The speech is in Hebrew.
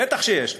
בטח שיש לי.